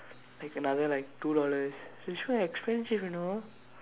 like another like two dollars which was expensive you know